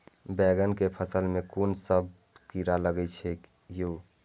बैंगन के फल में कुन सब कीरा लगै छै यो?